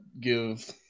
give